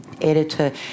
editor